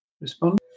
respond